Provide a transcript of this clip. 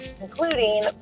including